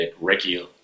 Ricky